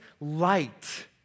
light